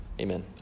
Amen